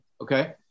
Okay